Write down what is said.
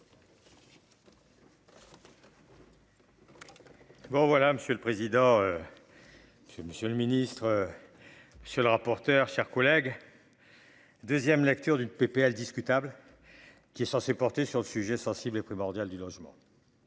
Bon voilà. Monsieur le président. Monsieur le Ministre. Sur le rapporteur, chers collègues. Deuxième lecture d'une PPL discutable. Qui est censé porter sur le sujet sensible est primordial du logement.